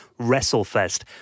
WrestleFest